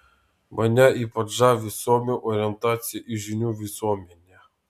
mane ypač žavi suomių orientacija į žinių visuomenę